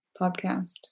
podcast